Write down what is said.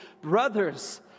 Brothers